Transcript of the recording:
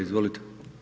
Izvolite.